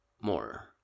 More